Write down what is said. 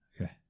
Okay